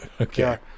Okay